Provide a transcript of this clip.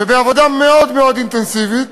ובעבודה מאוד מאוד אינטנסיבית,